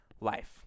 life